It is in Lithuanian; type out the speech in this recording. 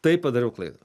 tai padariau klaidą